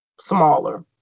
smaller